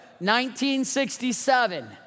1967